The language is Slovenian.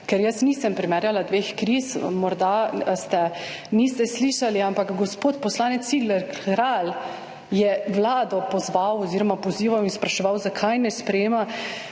ker jaz nisem primerjala dveh kriz. Morda ste, niste slišali, ampak gospod poslanec Cigler Kralj je Vlado pozval oziroma pozival in spraševal zakaj ne sprejema